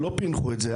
לא פענחו את זה,